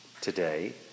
today